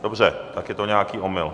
Dobře, tak je to nějaký omyl.